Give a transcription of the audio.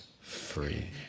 free